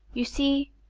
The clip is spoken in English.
you see,